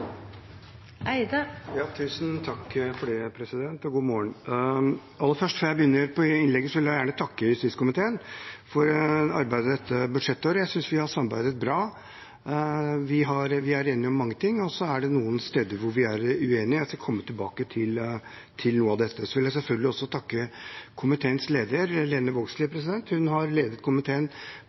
gjerne takke justiskomiteen for arbeidet dette budsjettåret. Jeg synes vi har samarbeidet bra. Vi er enige om mange ting. Så er det noen steder hvor vi er uenige, og jeg skal komme tilbake til noe av dette. Jeg vil selvfølgelig også takke komiteens leder, Lene Vågslid. Hun har ledet komiteen